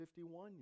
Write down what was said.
51